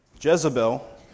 Jezebel